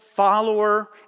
follower